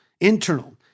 internal